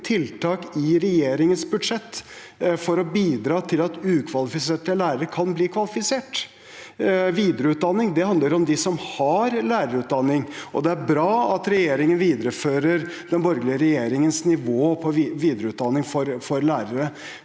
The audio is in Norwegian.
tiltak i regjeringens budsjett for å bidra til at ukvalifiserte lærere kan bli kvalifisert. Videreutdanning handler om dem som har lærerutdanning, og det er bra at regjeringen viderefører den borgerlige regjeringens nivå på videreutdan ning for lærere,